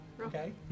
Okay